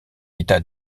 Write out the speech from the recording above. état